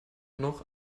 noch